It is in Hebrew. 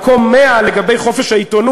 על כך שדירגת אותנו במקום 100 לגבי חופש העיתונות.